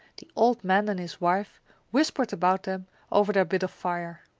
the old man and his wife whispered about them over their bit of fire.